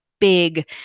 big